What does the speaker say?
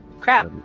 Crap